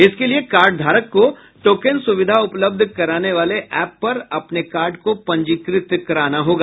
इसके लिये कार्ड धारक को टोकन सुविधा उपलब्ध कराने वाले एप पर अपने कार्ड को पंजीकृत कराना होगा